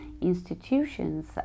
institutions